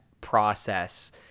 process